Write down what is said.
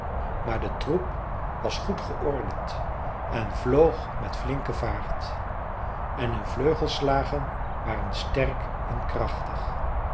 maar de troep was goed geordend en vloog met flinke vaart en hun vleugelslagen waren sterk en krachtig